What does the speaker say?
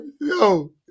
Yo